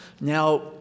Now